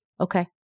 Okay